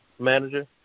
manager